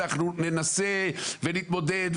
אנחנו ננסה ונתמודד,